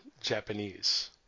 Japanese